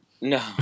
No